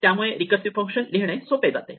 त्या त्यामुळे recursive function लिहिणे सोपे जाते